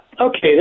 Okay